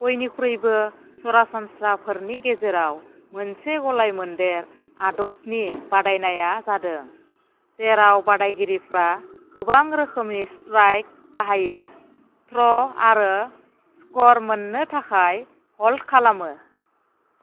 बयनिख्रुइबो सरासनस्राफोरनि गेजेराव मोनसे गलाय मोन्देर आदबनि बादायनायनाया जादों जेराव बादायगिरिफ्रा गोबां रोखोमनि स्ट्राइक बाहायो थ्र' आरो स्क'र मोन्नो थाखाय हल्द खालामो